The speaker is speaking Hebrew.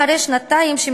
אחרי שנתיים,